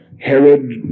Herod